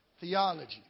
Theology